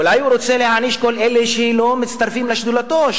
אולי הוא רוצה להעניש את כל אלה שלא מצטרפים לשדולתו,